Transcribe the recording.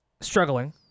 struggling